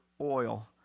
oil